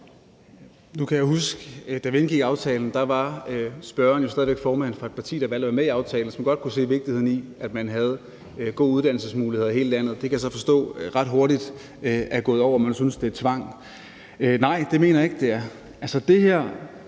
Nu kan jeg huske, at da vi indgik aftalen, var spørgeren jo stadig væk formand for et parti, der valgte at være med i aftalen, og som godt kunne se vigtigheden i, at man havde gode uddannelsesmuligheder i hele landet. Det kan jeg så forstå ret hurtigt er gået over, og man synes, det er tvang. Nej, det mener jeg ikke, det er.